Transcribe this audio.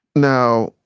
now,